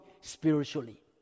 spiritually